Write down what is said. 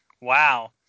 Wow